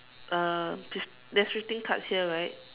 uh fif~ there's fifteen cards here right